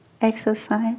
exercise